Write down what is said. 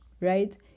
right